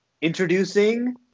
introducing